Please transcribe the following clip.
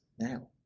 now